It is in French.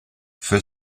fait